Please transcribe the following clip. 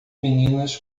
meninas